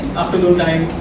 afternoon time,